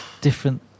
different